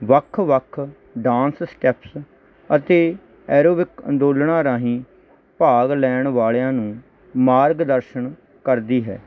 ਵੱਖ ਵੱਖ dance steps ਅਤੇ ਐਰੋਵਿਕ ਅੰਦੋਲਨਾਂ ਰਾਹੀਂ ਭਾਗ ਲੈਣ ਵਾਲਿਆਂ ਨੂੰ ਮਾਰਗਦਰਸ਼ਨ ਕਰਦੀ ਹੈ